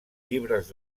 llibres